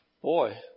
boy